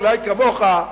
אולי כמוך,